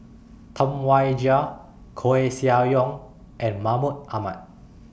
Tam Wai Jia Koeh Sia Yong and Mahmud Ahmad